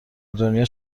دنیا